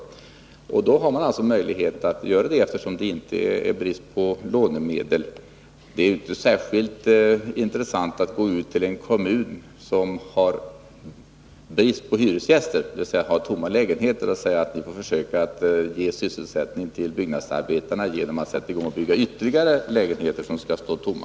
Man har alltså möjlighet att göra detta, eftersom det inte är någon brist på lånemedel. Det är inte särskilt intressant att i en kommun med tomma lägenheter och med brist på hyresgäster försöka skapa sysselsättning åt byggnadsarbetarna genom att låta dem bygga ytterligare lägenheter, som kommer att stå tomma.